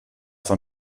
von